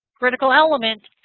critical element.